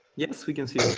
yes, we can see